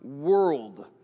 world